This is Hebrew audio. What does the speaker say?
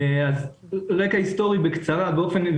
אתן בקצרה רקע היסטורי ומשפטי,